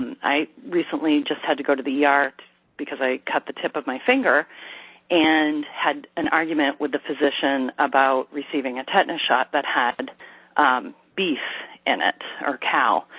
i recently just had to go to the er because i cut the tip of my finger and had an argument with the physician about receiving a tetanus shot that had beef in it, or cow.